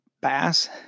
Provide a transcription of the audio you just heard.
bass